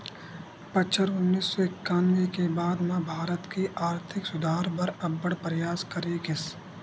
बछर उन्नीस सौ इंकानबे के बाद म भारत के आरथिक सुधार बर अब्बड़ परयास करे गिस